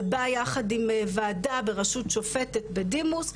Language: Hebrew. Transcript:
זה בא יחד עם ועדה בראשות שופטת בדימוס.